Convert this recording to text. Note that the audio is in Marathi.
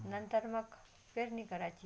नंतर मग पेरणी करायची